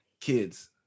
Kids